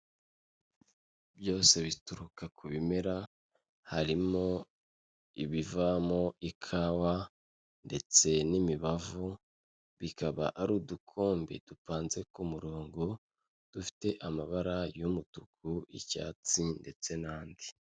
Byose bituruka ku bimera harimo ibivamo ikawa ndetse n'imibavu bikaba ari udukombe dupanze ku murongo dufite amabara y'umutuku n'icyatsi ndetse n'andi.